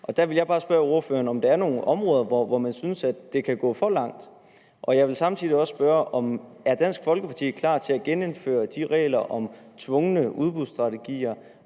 Der vil jeg bare spørge ordføreren, om der er nogle områder, hvor man synes at det kan gå for langt. Jeg vil samtidig også spørge, om Dansk Folkeparti er klar til at genindføre de regler om tvungne udbudsstrategier,